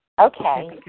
Okay